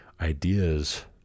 ideas